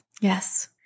Yes